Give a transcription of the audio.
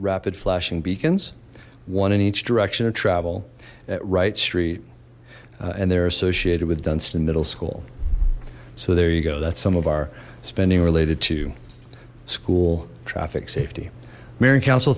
rapid flashing beacons one in each direction of travel at wright street and they're associated with dunston middle school so there you go that's some of our spending related to school traffic safety marion council